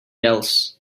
else